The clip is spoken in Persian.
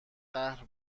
قهر